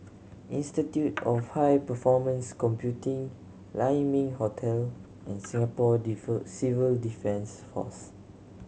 Institute of High Performance Computing Lai Ming Hotel and Singapore Civil Defence Force